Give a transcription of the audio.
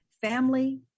Family